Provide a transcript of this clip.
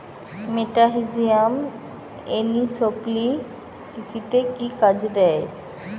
মেটাহিজিয়াম anisopliae কৃষিতে কি কাজে দেয়?